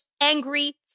angry